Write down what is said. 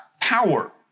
power